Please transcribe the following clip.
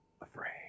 afraid